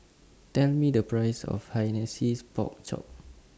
Tell Me The Price of Hainanese Pork Chop